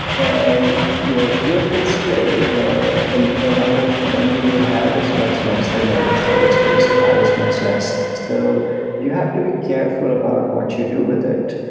and you're you're constrained. the the amount of memory you have is much less, the amount of storage space you have is much less. so you have to be careful about what you do with it.